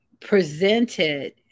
presented